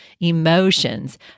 emotions